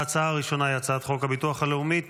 ההצעה הראשונה היא הצעת חוק הביטוח הלאומי (תיקון,